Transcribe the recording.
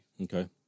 Okay